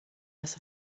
las